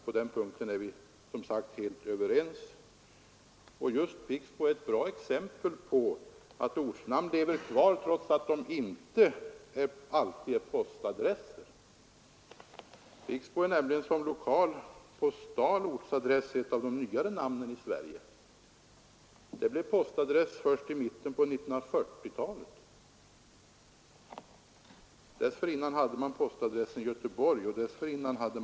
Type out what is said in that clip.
På den punkten är vi som sagt helt överens, och just Pixbo är ett bra exempel på att ortnamn lever kvar trots att de inte alltid är postadresser. Pixbo är nämligen som postal ortsadress ett av de nyare namnen i Sverige och blev postadress först i mitten på 1940-talet. Tidigare hade man postadressen Göteborg och dessförinnan Mölndal.